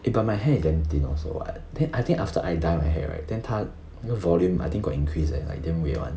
eh but my hair is damn thin also what then I think after I dye my hair right then 它那个 volume I think got increase eh like damn weird one